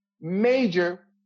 major